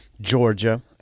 Georgia